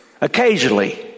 Occasionally